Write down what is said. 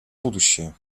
будущее